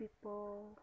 people